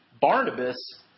Barnabas